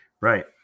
Right